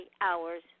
hours